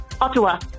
Ottawa